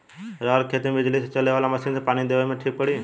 रहर के खेती मे बिजली से चले वाला मसीन से पानी देवे मे ठीक पड़ी?